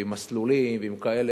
ועם מסלולים ועם כאלה,